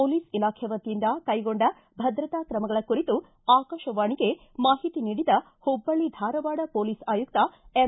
police ಇಲಾಖೆ ವತಿಯಿಂದ ಕೈಗೊಂಡ ಭದ್ರತಾ ಕ್ರಮಗಳ ಕುರಿತು ಆಕಾಶವಾಣಿಗೆ ಮಾಹಿತಿ ನೀಡಿದ ಹುಬ್ಬಳ್ಳಿ ಧಾರವಾಡ ಪೊಲೀಸ್ ಆಯುಕ್ತ ಎಂ